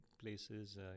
places